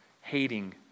hating